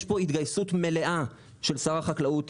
יש פה התגייסות מלאה של שר החקלאות,